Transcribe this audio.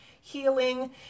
healing